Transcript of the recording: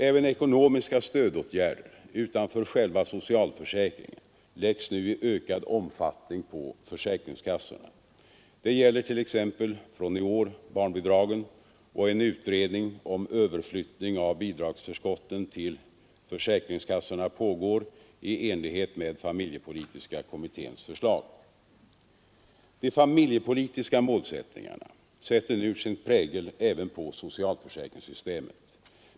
Även ekonomiska stödåtgärder utanför själva socialförsäkringen läggs nu i ökad omfattning på försäkringskassorna. Det gäller t.ex. från i år barnbidragen, och en utredning om överflyttning av bidragsförskotten till försäkringskassorna pågår i enlighet med familjepolitiska kommitténs förslag. De familjepolitiska målsättningarna sätter nu sin prägel även på socialförsäkringssystemet.